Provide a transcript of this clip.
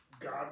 God